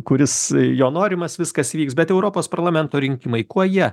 kuris jo norimas viskas vyks bet europos parlamento rinkimai kuo jie